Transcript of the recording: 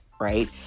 right